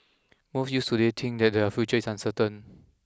most youths today think that their future is uncertain